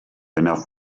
enough